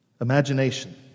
Imagination